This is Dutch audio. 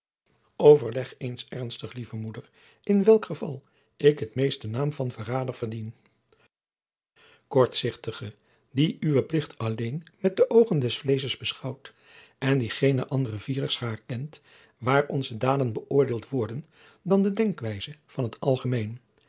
overleg eens ernstig lieve moeder in welk geval ik het meest den naam van verrader verdien kortzichtige die uwen plicht alleen met de oogen des vleesches beschouwt en die geene andere vierschaar kent waar onze daden bëoordeeld worden dan de denkwijze van t algemeen